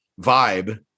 vibe